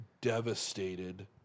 devastated